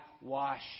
wash